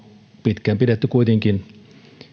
pitkään pidetty kuitenkin